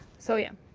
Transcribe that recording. so yeah.